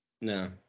No